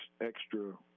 extra